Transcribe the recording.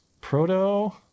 proto